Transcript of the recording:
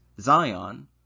Zion